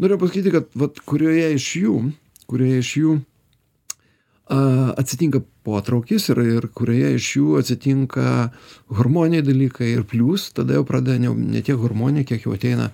norėjau pasakyti vat kurioje iš jų kurioje iš jų a atsitinka potraukis ir ir kurioje iš jų atsitinka hormoniniai dalykai ir plius tada jau pradeda ne jau ne tiek hormoniniai kiek jau ateina